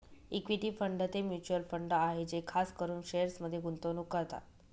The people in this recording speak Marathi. इक्विटी फंड ते म्युचल फंड आहे जे खास करून शेअर्समध्ये गुंतवणूक करतात